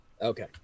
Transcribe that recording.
Okay